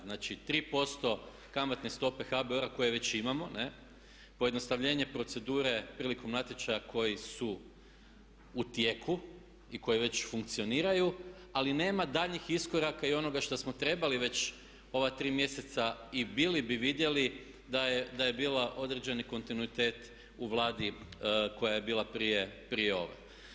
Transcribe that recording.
Znači 3% kamatne stope HBOR-a koje već imamo, pojednostavljenje procedure prilikom natječaja koji su u tijeku i koji već funkcioniraju ali nema daljnjih iskoraka i onoga što smo trebali već ova 3 mjeseca i bili bi vidjeli da je bio određeni kontinuitet u Vladi koja je bila prije ove.